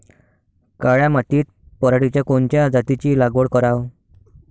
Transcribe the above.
काळ्या मातीत पराटीच्या कोनच्या जातीची लागवड कराव?